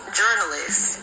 journalists